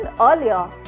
earlier